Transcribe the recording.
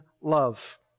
love